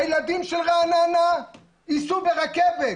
הילדים של רעננה ייסעו ברכבת,